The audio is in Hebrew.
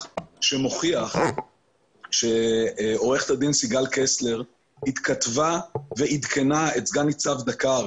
שמוכיח שעורכת הדין סיגל קסלר התכתבה ועדכנה את סגן ניצב דקר,